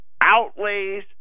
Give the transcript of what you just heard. Outlays